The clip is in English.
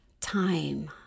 time